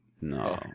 No